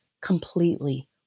Completely